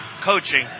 coaching